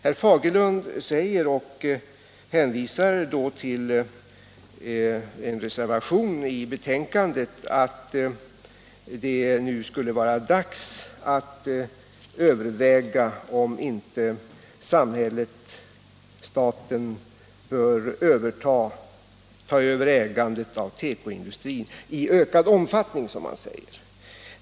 Herr Fagerlund säger, och hänvisar då till en reservation i betänkandet, att det nu skulle vara dags att överväga om inte staten bör ta över ägandet av tekoindustrin ”i ökad omfattning”, som man säger.